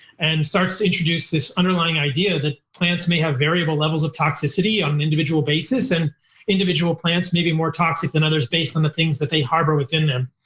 and starts to introduce this underlying idea that plants may have variable levels of toxicity on an individual basis, and individual plants may be more toxic than others based on the things that they harbor within them.